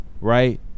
right